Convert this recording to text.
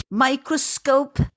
microscope